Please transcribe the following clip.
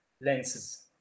lenses